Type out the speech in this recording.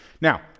Now